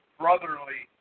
brotherly